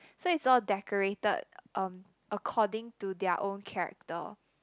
so it's all decorated um according to their own character